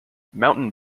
mountain